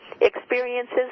experiences